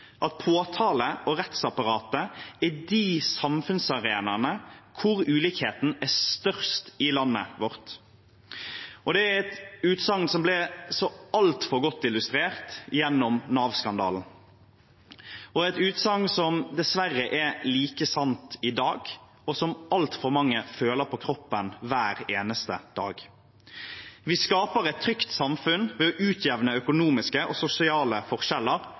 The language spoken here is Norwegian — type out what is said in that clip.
at påtale- og rettsapparatet er de samfunnsarenaene hvor ulikheten er størst i landet vårt. Det er et utsagn som ble så altfor godt illustrert gjennom Nav-skandalen – og et utsagn som dessverre er like sant i dag, og som altfor mange føler på kroppen hver eneste dag. Vi skaper et trygt samfunn ved å utjevne økonomiske og sosiale forskjeller